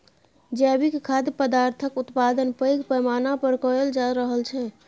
जैविक खाद्य पदार्थक उत्पादन पैघ पैमाना पर कएल जा रहल छै